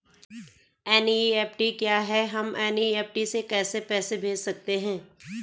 NEFT क्या है हम एन.ई.एफ.टी से कैसे पैसे भेज सकते हैं?